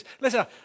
listen